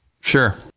Sure